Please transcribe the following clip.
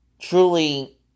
truly